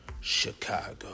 Chicago